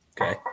Okay